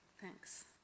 Thanks